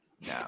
no